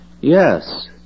Yes